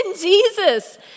Jesus